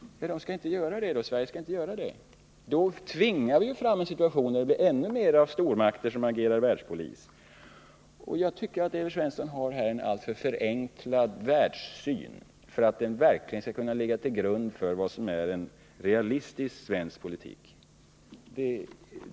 Sverige skall inte göra det, säger man. Då tvingar vi fram en situation där stormakter ännu mer agerar världspolis. Jag tycker att Evert Svensson härvidlag har en alltför förenklad världssyn för att den verkligen skall kunna ligga till grund för vad som är en realistisk svensk politik.